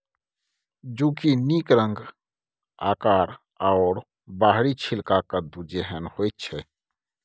जुकिनीक रंग आकार आओर बाहरी छिलका कद्दू जेहन होइत छै